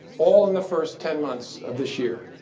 all in the first ten months of this year.